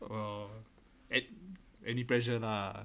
oh at any pressure lah